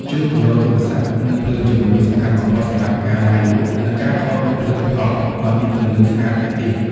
ជើងទម្រទូរស័ព្ទ និងភ្លើងជំនួយ សំខាន់បំផុតសម្រាប់ការ ឡាយលក់ និងការថតរូបផលិតផលឱ្យមានពន្លឺស្អាតទាក់ទាញ។